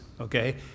Okay